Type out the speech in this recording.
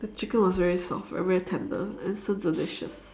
the chicken was very soft very very tender and so delicious